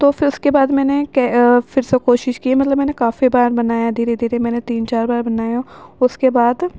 تو پھر اس کے بعد میں نے پھر سے کوشش کی مطلب میں نے کافی بار بنایا دھیرے دھیرے میں نے تین چار بار بنایا اس کے بعد